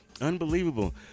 Unbelievable